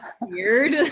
weird